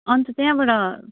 अन्त त्यहाँबाट